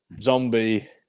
zombie